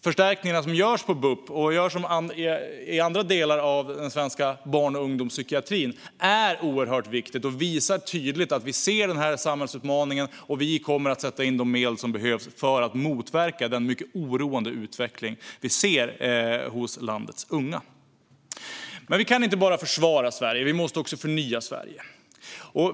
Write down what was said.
Förstärkningarna som görs på BUP och andra delar av den svenska barn och ungdomspsykiatrin är oerhört viktiga och visar tydligt att vi ser den här samhällsutmaningen och kommer att sätta in de medel som behövs för att motverka den mycket oroande utveckling som vi ser hos landets unga. Men vi kan inte bara försvara Sverige, utan vi måste också förnya Sverige.